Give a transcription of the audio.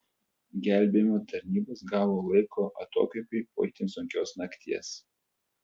gelbėjimo tarnybos gavo laiko atokvėpiui po itin sunkios nakties